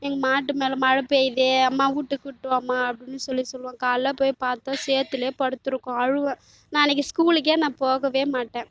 எங்கள் மாட்டு மேலே மழை பெய்யுதே அம்மா வீட்டுக்கு கூட்டுவாமா அப்படின் சொல்லி சொல்லுவேன் காலையில் போய் பார்த்தா சேற்றிலே படுத்திருக்கும் அழுவேன் நான் அன்றைக்கு ஸ்கூலுக்கே நான் போகவே மாட்டேன்